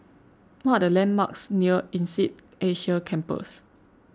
what are the landmarks near Insead Asia Campus